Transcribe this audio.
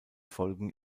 folgen